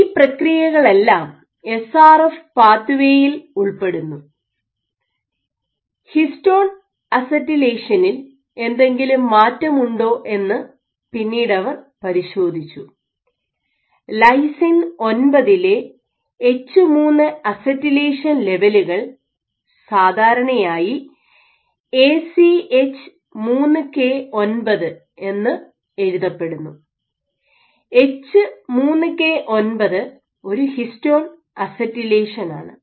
ഈ പ്രക്രിയകളെല്ലാം SRF pathway ഉൾപ്പെടുന്നു ഹിസ്റ്റോൺ അസറ്റിലേഷനിൽ എന്തെങ്കിലും മാറ്റം ഉണ്ടോ എന്ന് പിന്നീടവർ പരിശോധിച്ചു ലൈസിൻ 9 ലെ എച്ച് 3 അസറ്റിലൈഷൻ ലെവലുകൾ സാധാരണയായി എ സി എച്ച് 3 കെ 9 എന്ന് എഴുതപ്പെടുന്നു എച്ച് 3 കെ 9 ഒരു ഹിസ്റ്റോൺ അസറ്റിലേഷനാണ്